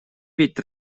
ведь